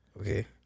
Okay